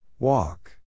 Walk